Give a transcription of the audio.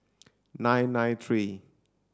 nine nine three